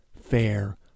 fair